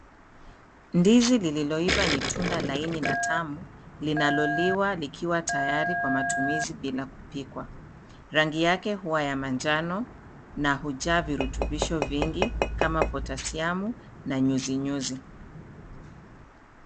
Ndizi lililoiva ni tunda laini na tamu linaloliwa likiwa tayari kwa matumizi bila kupikwa ,rangi yake uwa ya manjano na ujaa virutubisho nyingi kama potasiamu na nyuzinyuzi .